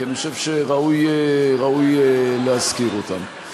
כי אני חושב שראוי להזכיר אותם.